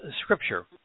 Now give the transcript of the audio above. scripture